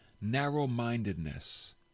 Narrow-mindedness